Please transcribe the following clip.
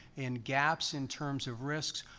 and gaps in terms of risks.